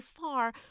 far